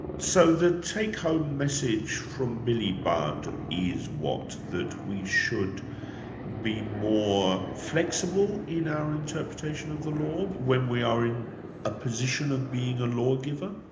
so the take-home message from billy budd is what? that we should be more flexible in our interpretation of the law when we are in a position of being a law-giver?